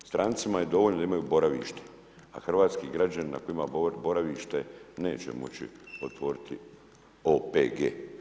Strancima je dovoljno da imaju boravište a hrvatski građanin ako ima boravište neće moći otvoriti OPG.